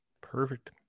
perfect